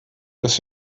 das